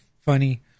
funny